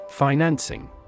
Financing